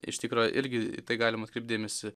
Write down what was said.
iš tikro irgi į tai galim atkreipt dėmesį